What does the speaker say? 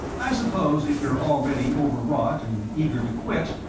i suppose if you're already overwrought and eager to quit,